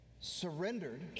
surrendered